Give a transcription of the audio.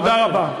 תודה רבה.